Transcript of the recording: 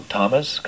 Thomas